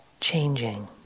changing